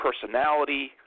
personality